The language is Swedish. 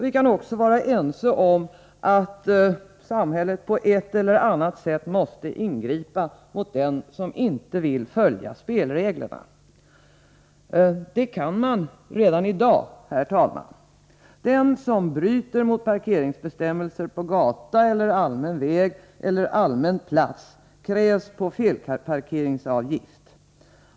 Vi kan också vara ense om att samhället på ett eller annat sätt måste ingripa mot den som inte vill följa spelreglerna. Det kan man redan i dag, herr talman. Den som bryter mot parkeringsbestämmelser på gata eller allmän väg eller allmän plats krävs på felparkeringsavgift.